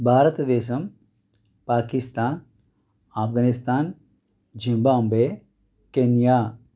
భారత దేశం Pakistan Afghanistan Zimbabwe Kenya